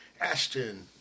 Ashton